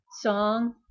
song